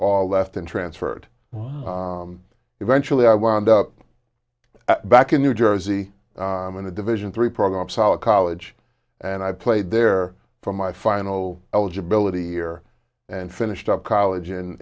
all left and transferred eventually i wound up back in new jersey in a division three program solid college and i played there for my final eligibility year and finished up college